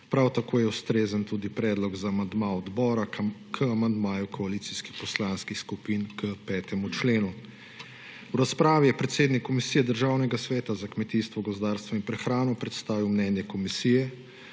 Prav tako je ustrezen tudi predlog za amandma odbora k amandmaju koalicijskih poslanskih skupin k 5. členu. V razpravi je predsednik Komisije Državnega sveta za kmetijstvo, gozdarstvo in prehrano predstavil mnenje komisije,